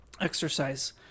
exercise